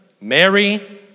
Mary